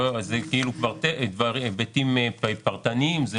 אלה היבטים פרטניים.